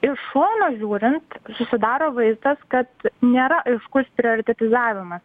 iš šono žiūrint susidaro vaizdas kad nėra aiškus prioritetizavimas